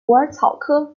虎耳草科